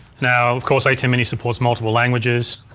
now, of course atem mini supports multiple languages.